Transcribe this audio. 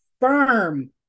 firm